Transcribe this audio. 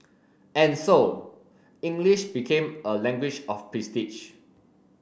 and so English became a language of prestige